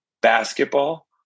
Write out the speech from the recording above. basketball